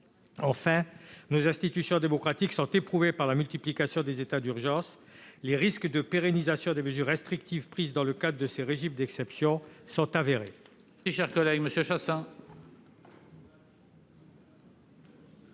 Enfin, nos institutions démocratiques sont éprouvées par la multiplication des états d'urgence. Le risque de pérennisation des mesures restrictives prises dans le cadre de ces régimes d'exception est avéré.